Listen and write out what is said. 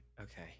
Okay